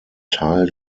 teil